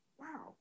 wow